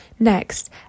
Next